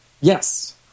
Yes